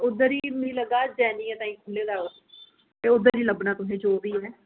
उद्धर ई मीं लग्गा दा जैनियें ताईं खुल्ले दा ओह् ते उद्धर ई लब्भना तुसें ई जो बी ऐ